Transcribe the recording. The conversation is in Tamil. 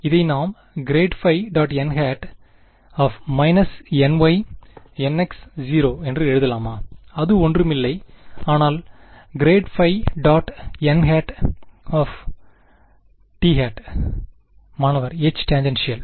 இதை நாம் ∇ϕ ·n ny nx 0 என்று எழுதலாமா அது ஒன்றுமில்லை ஆனால் ∇ϕ ·n t மாணவர் எச் டேன்ஜென்ஷியல்